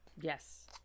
Yes